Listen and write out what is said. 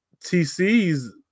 TC's